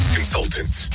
Consultants